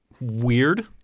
Weird